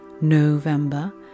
November